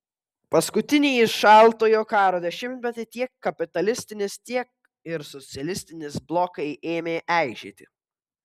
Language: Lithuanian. paskutinįjį šaltojo karo dešimtmetį tiek kapitalistinis tiek ir socialistinis blokai ėmė eižėti